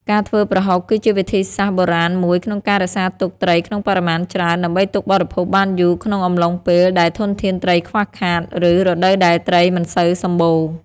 ការធ្វើប្រហុកគឺជាវិធីសាស្រ្តបុរាណមួយក្នុងការរក្សាទុកត្រីក្នុងបរិមាណច្រើន ដើម្បីទុកបរិភោគបានយូរក្នុងអំឡុងពេលដែលធនធានត្រីខ្វះខាត ឬរដូវដែលត្រីមិនសូវសម្បូរ។